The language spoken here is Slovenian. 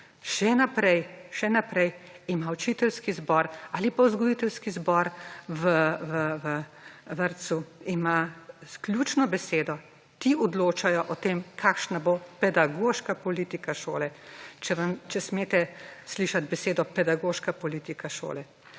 še naprej ima učiteljski zbor ali pa vzgojiteljski zbor v vrtcu, ima ključno besedo, ti odločajo o tem, kakšna bo pedagoška politika šole, če smete slišati besedo pedagoška politika šole.